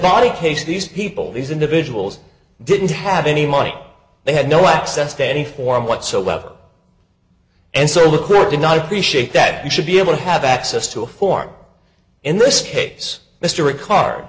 body case these people these individuals didn't have any money they had no access to any form whatsoever and so the court did not appreciate that you should be able to have access to a form in this case mr a car